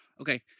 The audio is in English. Okay